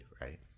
right